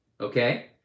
okay